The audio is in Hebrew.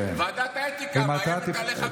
ועדת האתיקה מאיימת עליך בכל יום.